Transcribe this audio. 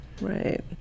Right